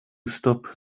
stop